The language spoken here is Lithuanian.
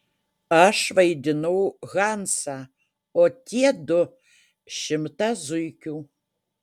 aš vaidinau hansą o tie du šimtą zuikių